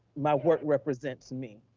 my work represents me.